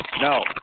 No